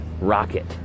Rocket